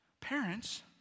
Parents